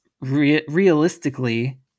realistically